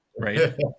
Right